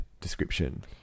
description